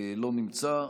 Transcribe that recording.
לא נמצא.